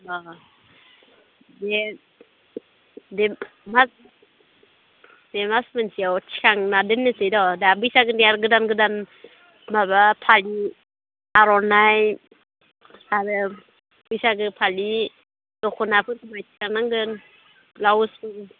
अ बे दे बे मास मोनसेयाव थिखांना दोननोसैर' दा बैसागोनि आरो गोदान गोदान माबा फालि आर'नाइ आरो बैसागो फालि दख'नाफोरखौ थिखानांगोन ब्लाउसबो